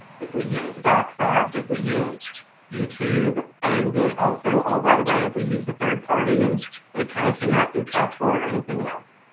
if we used docsoft, if we used youtube, and then also oh, by the way, if we used a third party, and it kind of came out through kaltura or anything else.